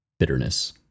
bitterness